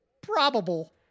probable